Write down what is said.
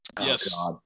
Yes